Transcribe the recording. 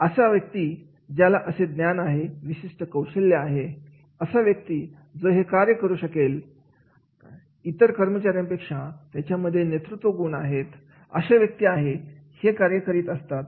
मग असा व्यक्ती ज्याला असे ज्ञान आहे विशिष्ट कौशल्य आहेत असा व्यक्ती जो हे कार्य करू शकेल इतर कर्मचारी पेक्षा त्यांच्यामध्ये नेतृत्व गुण आहेत अशी व्यक्ती हे कार्य करीत असतात